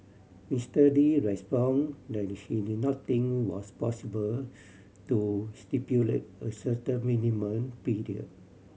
Mister Lee responded that he did not think it was possible to stipulate a certain minimum